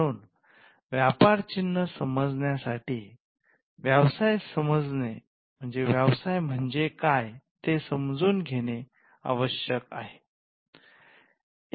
म्हणून व्यापार चिन्ह समजण्यासाठी व्यवसाय म्हणजे काय ते समजून घेणे आवश्यक आहे